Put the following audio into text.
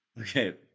Okay